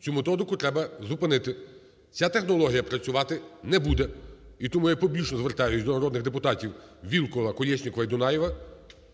Цю методику треба зупинити. Ця технологія працювати не буде. І тому я публічно звертаюсь до народних депутатівВілкула, Колєснікова і Дунаєва